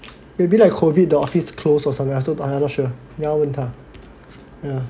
maybe like COVID the office closed or something also I'm not sure 你要问他 ah